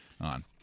on